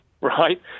Right